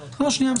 לפניהם,